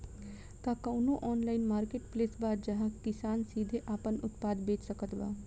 का कउनों online marketplace बा जहां किसान सीधे आपन उत्पाद बेच सकत बा?